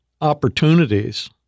opportunities